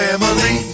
Family